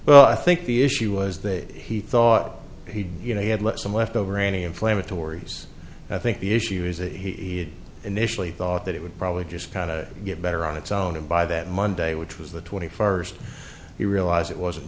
well i think the issue was that he thought he you know he had left some left over any inflammatories i think the issue is that he had initially thought that it would probably just kind of get better on its own and by that monday which was the twenty first he realized it wasn't